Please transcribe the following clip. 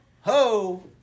Ho